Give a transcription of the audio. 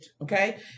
Okay